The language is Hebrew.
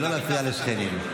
ולא להפריע לשכנים.